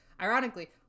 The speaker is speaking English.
ironically